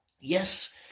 Yes